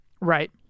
Right